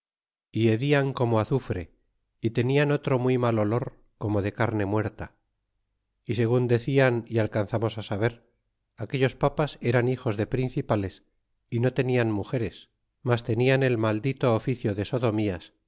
y hedian como azufre y tenían otro muy mal olor como de carne muerta y segun decían a alcanzamos saber aquellos papaleran hijos de principales y no tenían mugeres mas tenian el maldito oficio de sodomías